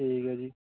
ठीक ऐ जी